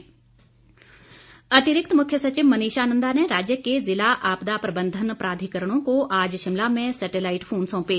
मनीषा नंदा अतिरिक्त मुख्य सचिव मनीषा नंदा ने राज्य के जिला आपदा प्रबंधन प्राधिकरणों को आज शिमला में सैटेलाइट फोन सौंपे